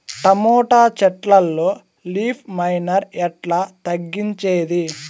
Tomato చెట్లల్లో leaf miner ఎట్లా తగ్గించేది?